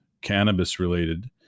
Cannabis-related